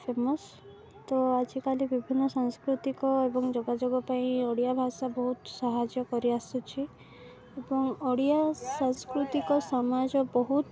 famous ତ ଆଜିକାଲି ବିଭିନ୍ନ ସାଂସ୍କୃତିକ ଏବଂ ଯୋଗାଯୋଗ ପାଇଁ ଓଡ଼ିଆ ଭାଷା ବହୁତ ସାହାଯ୍ୟ କରିଆସୁଛି ଏବଂ ଓଡ଼ିଆ ସାଂସ୍କୃତିକ ସମାଜ ବହୁତ